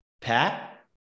Pat